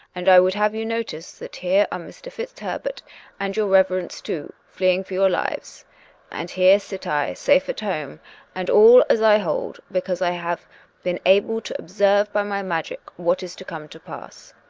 and i would have you notice that here are mr. fitzherbert and your reverence, too, fleeing for your lives and here sit i safe at home and all, as i hold, because i have been able to observe by my magic what is to come to pass.